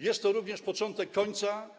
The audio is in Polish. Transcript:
Jest to również początek końca